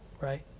Right